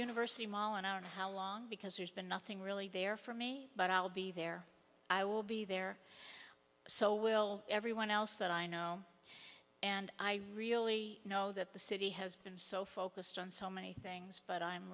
university mile an hour how long because there's been nothing really there for me but i'll be there i will be there so will everyone else that i know and i really know that the city has been so focused on so many things but i'm